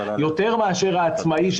יותר מאשר העצמאי,